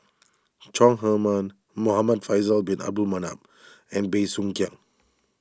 Chong Heman Muhamad Faisal Bin Abdul Manap and Bey Soo Khiang